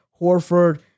Horford